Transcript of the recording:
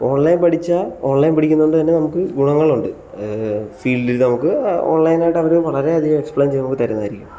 online പഠിച്ച online പഠിക്കുന്നത് കൊണ്ട് തന്നെ നമുക്ക് ഗുണങ്ങളുണ്ട് ഫീൽഡിൽ നമുക്ക് ഓൺലൈനായിട്ട് അവർ വളരെ അധികം എക്സ്പ്ലെയിൻ ചെയ്ത് നമുക്ക് തരുന്നതായിരിക്കും